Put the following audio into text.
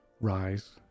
rise